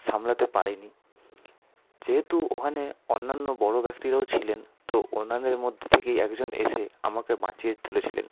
সামলাতে পারি নি যেহেতু ওখানে অন্যান্য বড়ো ব্যক্তিরাও ছিলেন তো ওনাদের মধ্যে থেকেই একজন এসে আমাকে বাঁচিয়ে তুলেছিলেন